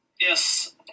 Yes